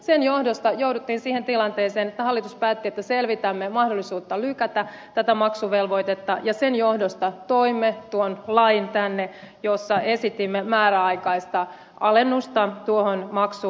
sen johdosta jouduttiin siihen tilanteeseen että hallitus päätti että selvitämme mahdollisuutta lykätä tätä maksuvelvoitetta ja sen johdosta toimme tuon lain tänne jossa esitimme määräaikaista alennusta tuohon maksuun